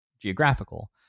geographical